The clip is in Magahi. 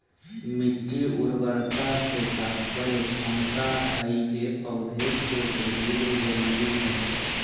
मिट्टी उर्वरता से तात्पर्य क्षमता हइ जे पौधे के वृद्धि ले जरुरी हइ